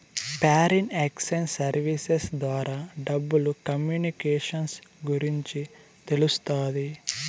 foreign exchange services ద్వారా డబ్బులు communications గురించి తెలుస్తాది